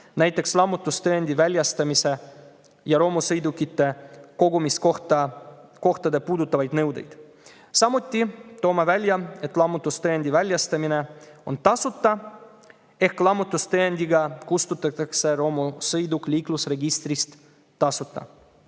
näiteks lammutustõendi väljastamise ja romusõidukite kogumiskohta puudutavad nõuded. Samuti toome välja, et lammutustõendi väljastamine on tasuta ja lammutustõendi põhjal kustutatakse romusõiduk liiklusregistrist tasuta.